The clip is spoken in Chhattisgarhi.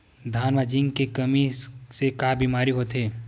धान म जिंक के कमी से का बीमारी होथे?